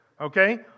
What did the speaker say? Okay